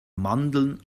mandeln